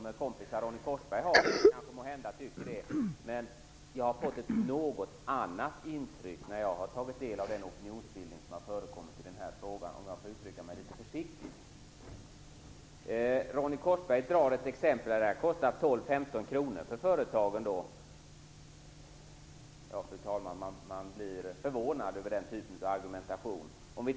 De kompisar Ronny Korsberg har tycker måhända det, men jag har fått ett något annat intryck när jag har tagit del av den opinionsbildning som har förekommit i den här frågan, om jag får uttrycka mig litet försiktigt. Ronny Korsberg nämner ett exempel och säger att detta kostar 12-15 kr för företagen. Man blir förvånad över den typen av argumentation, fru talman.